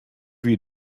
wie